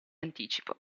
anticipo